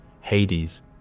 Hades